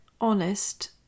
honest